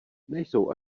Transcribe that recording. nejsou